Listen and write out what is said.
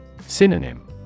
Synonym